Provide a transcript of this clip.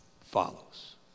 follows